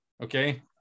Okay